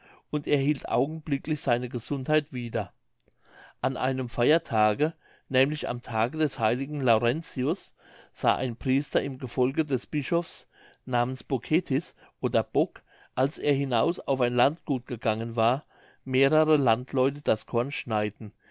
und erhielt augenblicklich seine gesundheit wieder an einem feiertage nämlich am tage des heiligen laurentius sah ein priester im gefolge des bischofs namens bocetis oder bock als er hinaus auf ein landgut gegangen war mehrere landleute das korn schneiden